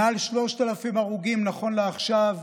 מעל 3,000 הרוגים, נכון לעכשיו,